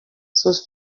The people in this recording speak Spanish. sus